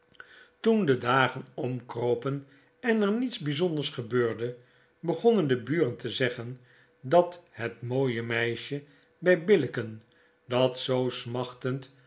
toen de dagen omkropen en er niets byzonders gebeurde begonnen de buren te zeggen dat het mooie meisje by billicken dat zoo smachtend